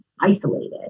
isolated